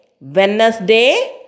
Wednesday